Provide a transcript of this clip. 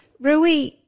Rui